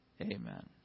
amen